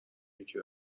یکی